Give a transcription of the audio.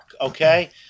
okay